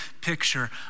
picture